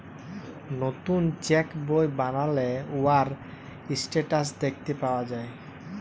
লতুল চ্যাক বই বালালে উয়ার ইসট্যাটাস দ্যাখতে পাউয়া যায়